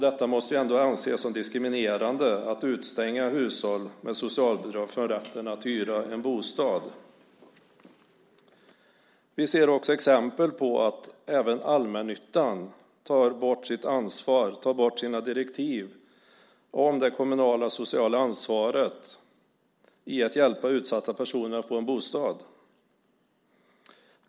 Det måste ju ändå anses som diskriminerande att utestänga hushåll med socialbidrag från rätten att hyra en bostad. Vi ser också exempel på att även allmännyttan tar bort sitt ansvar och tar bort sina direktiv om det kommunala sociala ansvaret i att hjälpa utsatta personer att få en bostad.